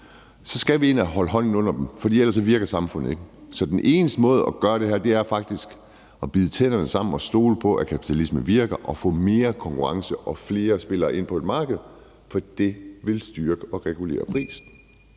Så skal vi ind og holde hånden under dem, for ellers virker samfundet ikke. Så den eneste måde at gøre det her på er at bide tænderne sammen og stole på, at kapitalismen virker, og få mere konkurrence og flere spillere ind på et marked, for det vil styrke og regulere prisen.